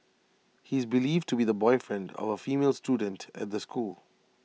he is believed to be the boyfriend of A female student at the school